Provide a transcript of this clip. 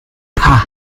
pah